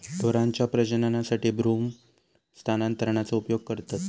ढोरांच्या प्रजननासाठी भ्रूण स्थानांतरणाचा उपयोग करतत